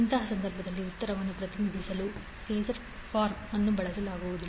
ಅಂತಹ ಸಂದರ್ಭದಲ್ಲಿ ಉತ್ತರವನ್ನು ಪ್ರತಿನಿಧಿಸಲು ಫಾಸರ್ ಫಾರ್ಮ್ ಅನ್ನು ಬಳಸಲಾಗುವುದಿಲ್ಲ